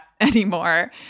anymore